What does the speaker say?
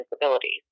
disabilities